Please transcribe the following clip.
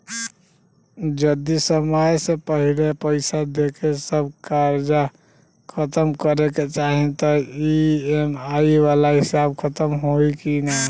जदी समय से पहिले पईसा देके सब कर्जा खतम करे के चाही त ई.एम.आई वाला हिसाब खतम होइकी ना?